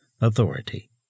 authority